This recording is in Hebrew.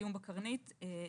זיהום בקרנית ועוד.